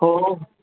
हो हो